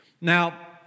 Now